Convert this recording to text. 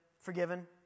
forgiven